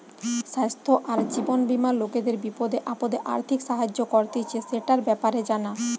স্বাস্থ্য আর জীবন বীমা লোকদের বিপদে আপদে আর্থিক সাহায্য করতিছে, সেটার ব্যাপারে জানা